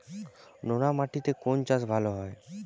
নোনা মাটিতে কোন চাষ ভালো হয়?